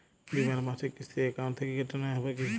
বিমার মাসিক কিস্তি অ্যাকাউন্ট থেকে কেটে নেওয়া হবে কি?